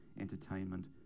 entertainment